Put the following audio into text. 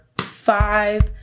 five